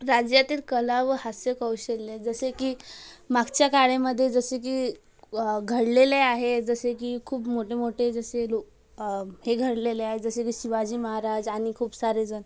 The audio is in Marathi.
राज्यातील कला व हास्य कौशल्य जसे की मागच्या काळेमध्ये जसे की घडलेले आहे जसे की खूप मोठे मोठे जसे लोक हे घडलेले आहे जसे की शिवाजी महाराज आणि खूप सारे जण